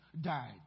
died